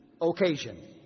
occasion